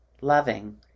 loving